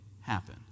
happen